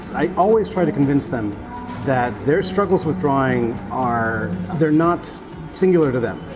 i always try to convince them that their struggles with drawing are. they're not singular to them.